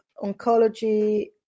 oncology